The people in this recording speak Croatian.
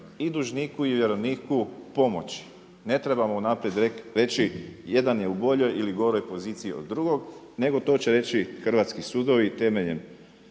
i dužniku i vjerovniku pomoći. Ne trebamo unaprijed reći jedan je u boljoj ili goroj poziciji od drugog, nego to će reći hrvatski sudovi temeljem